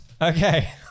Okay